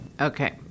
okay